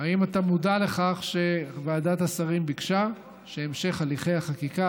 האם אתה מודע לכך שוועדת השרים ביקשה שהמשך הליכי החקיקה